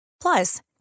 Plus